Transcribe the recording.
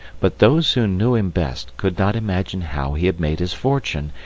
but those who knew him best could not imagine how he had made his fortune,